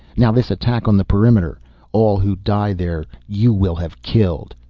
now this attack on the perimeter all who die there, you will have killed!